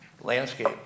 landscape